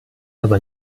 aber